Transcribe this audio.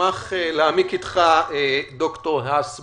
אשמח להעמיק אתך בהיגיון.